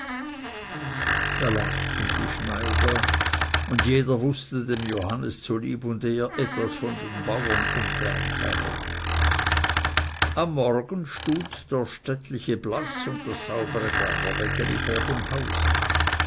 da lachten die schneider und jeder wußte dem johannes zu lieb und ehr etwas von den bauren um bern herum am morgen stund der stattliche blaß und das saubere bernerwägeli vor dem hause